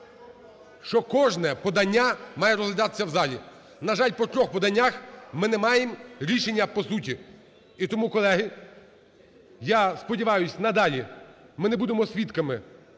що кожне подання має розглядатися в залі. На жаль, по трьох поданнях ми не маємо рішення по суті. І тому, колеги, я сподіваюся, надалі ми не будемо свідками